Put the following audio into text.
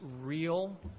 real